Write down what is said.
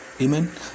Amen